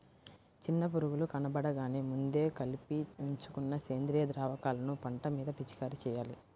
చిన్న పురుగులు కనబడగానే ముందే కలిపి ఉంచుకున్న సేంద్రియ ద్రావకాలను పంట మీద పిచికారీ చెయ్యాలి